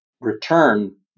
return